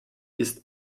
ist